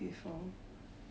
oh